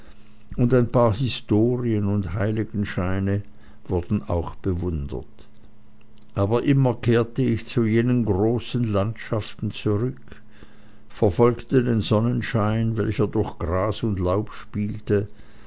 und ein paar historien und heiligenscheine wurden auch bewundert aber immer kehrte ich zu jenen großen landschaften zurück verfolgte den sonnenschein welcher durch gras und laub spielte